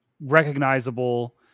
Recognizable